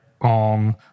on